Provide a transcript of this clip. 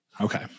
Okay